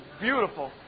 beautiful